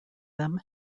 them